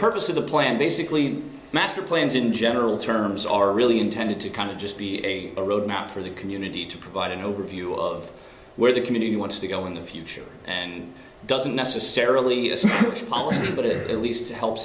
purpose of the plan basically master plans in general terms are really intended to kind of just be a road map for the community to provide an overview of where the community wants to go in the future and doesn't necessarily policy but it leads to help